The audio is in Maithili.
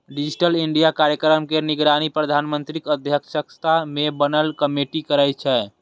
डिजिटल इंडिया कार्यक्रम के निगरानी प्रधानमंत्रीक अध्यक्षता मे बनल कमेटी करै छै